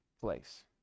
place